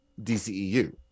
DCEU